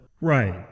Right